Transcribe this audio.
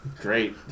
Great